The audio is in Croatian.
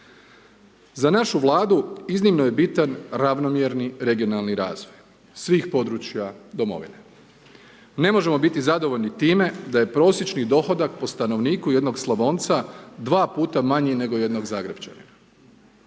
Za našu Vladu iznimno je bitan ravnomjerni regionalni razvoj svih područja Domovine. Ne možemo biti zadovoljni time da je prosječni dohodak po stanovniku jednog Slavonca 2x manji nego jednog Zagrepčanina.